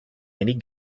many